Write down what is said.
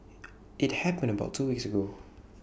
IT happened about two weeks ago